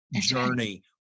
journey